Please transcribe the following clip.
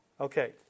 Okay